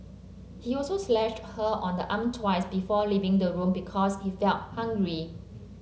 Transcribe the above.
he also slashed her on the arm twice before leaving the room because he felt hungry